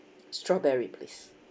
strawberry please